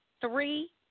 three